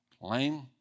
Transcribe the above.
lame